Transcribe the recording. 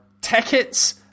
tickets